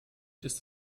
ist